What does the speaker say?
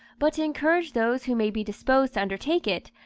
but to encourage those who may be disposed to undertake it,